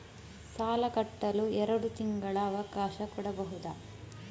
ಸಾಲ ಕಟ್ಟಲು ಎರಡು ತಿಂಗಳ ಅವಕಾಶ ಕೊಡಬಹುದಾ?